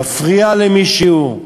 מפריע למישהו.